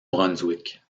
brunswick